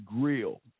grill